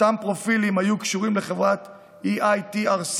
אותם פרופילים היו קשורים לחברת EITRC,